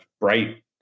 bright